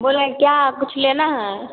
बोल रहे हैं क्या कुछ लेना है